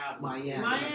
Miami